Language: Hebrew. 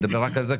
נדבר רק על זה,